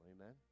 Amen